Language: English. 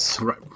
Right